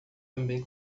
também